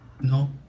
No